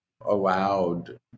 allowed